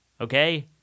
Okay